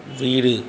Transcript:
வீடு